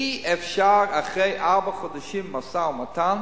אי-אפשר אחרי ארבעה חודשים משא-ומתן